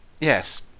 Yes